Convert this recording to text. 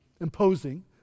imposing